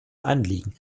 anliegen